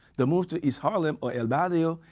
the move to east harlem, or el barrio,